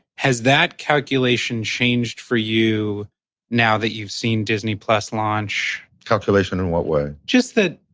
has that calculation changed for you now that you've seen disney plus launch. calculation in what way? just that,